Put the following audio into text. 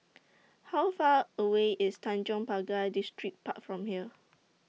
How Far away IS Tanjong Pagar Distripark from here